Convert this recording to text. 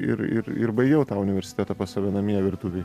ir ir ir baigiau tą universitetą pas save namie virtuvėj